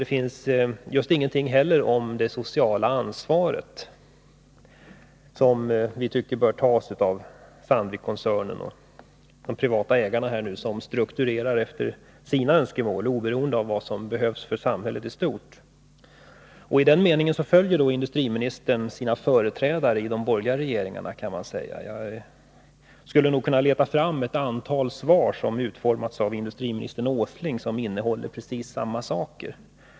Det finns just ingenting heller om det sociala ansvar som vi tycker bör tas av Sandvikkoncernen och de privata ägarna, som strukturerar efter sina önskemål oberoende av vad som behövs för samhället i stort. I den meningen följer industriministern sina företrädare i de borgerliga regeringarna. Jag skulle kunna leta fram ett antal svar som utformats av industriminister Åsling och som innehåller precis samma saker.